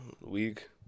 week